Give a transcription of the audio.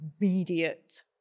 immediate